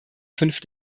fünf